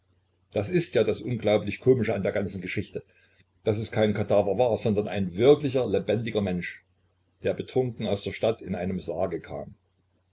das ist ja das unglaublich komische an der ganzen geschichte daß es kein kadaver war sondern ein wirklicher lebendiger mensch der betrunken aus der stadt mit einem sarge kam